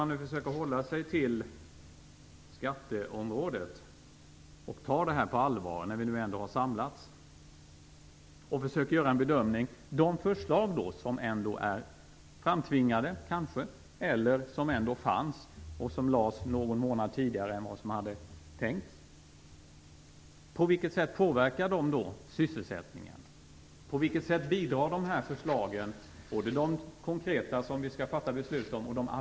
Jag skall försöka hålla mig till skatteområdet och ta det här på allvar när vi nu ändå har samlats. Dessa förslag, som kanske är framtvingade eller som ändå fanns och lades fram någon månad tidigare än vad det var tänkt - på vilket sätt påverkar de sysselsättningen, på vilket sätt bidrar de till möjligheten för arbetslösa i Sverige att få ett jobb?